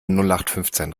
nullachtfünfzehn